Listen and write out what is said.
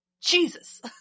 Jesus